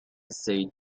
said